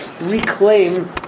reclaim